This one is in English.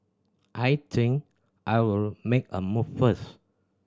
I think I'll make a move first